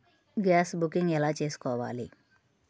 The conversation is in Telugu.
గ్యాస్ బుకింగ్ ఎలా చేసుకోవాలి?